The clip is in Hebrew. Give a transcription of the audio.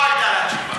לא היה לה תשובה.